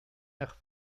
nach